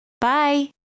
Bye